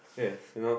yes you know